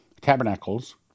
Tabernacles